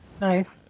Nice